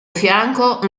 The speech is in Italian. fianco